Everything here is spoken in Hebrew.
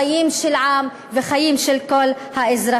חיים של עם וחיים של כל האזרחים.